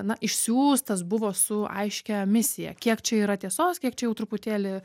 na išsiųstas buvo su aiškia misija kiek čia yra tiesos kiek čia jau truputėlį